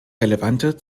relevante